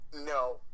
No